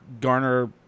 garner